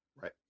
Right